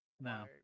No